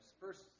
First